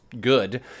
good